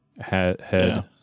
head